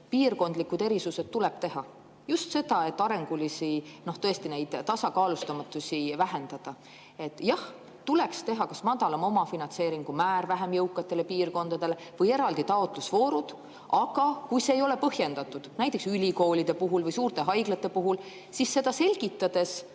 piirkondlikud erisused tuleb teha, just seepärast, et tõesti neid arengulisi tasakaalustamatusi vähendada? Jah, tuleks teha kas madalam omafinantseeringu määr vähem jõukatele piirkondadele või eraldi taotlusvoorud. Aga kui see ei ole põhjendatud, näiteks ülikoolide puhul või suurte haiglate puhul, siis seda selgitades